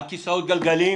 והילדים על כיסאות גלגלים